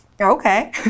Okay